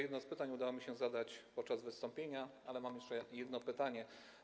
Jedno z pytań udało mi się zadać podczas wystąpienia, ale mam jeszcze jedno pytanie.